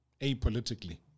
apolitically